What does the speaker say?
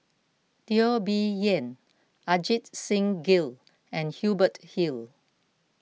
Teo Bee Yen Ajit Singh Gill and Hubert Hill